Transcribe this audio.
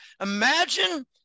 Imagine